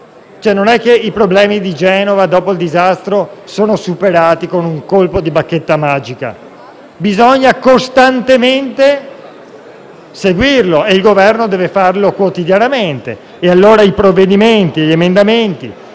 Non è che i problemi di Genova, dopo il disastro, si superano con un colpo di bacchetta magica. Bisogna costantemente seguirli e il Governo deve farlo quotidianamente. Gli emendamenti